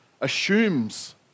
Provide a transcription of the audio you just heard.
assumes